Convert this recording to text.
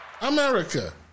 America